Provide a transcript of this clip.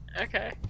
Okay